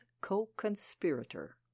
Co-Conspirator